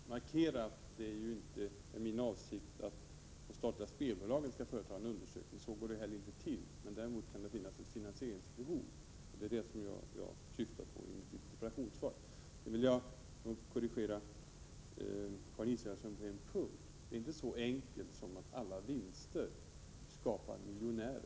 Herr talman! Jag vill markera att det inte är min avsikt att de statliga spelbolagen skall företa en undersökning. Så går det inte till. Däremot kan det finnas ett finansieringsbehov, och det var detta jag syftade på i mitt interpellationssvar. Jag vill korrigera Karin Israelsson på en punkt. Det är inte så enkelt som att alla vinster skapar miljonärer.